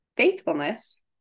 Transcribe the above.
faithfulness